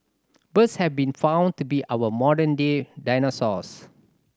birds have been found to be our modern day dinosaurs